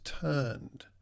turned